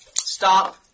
Stop